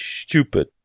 stupid